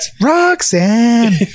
Roxanne